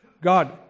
God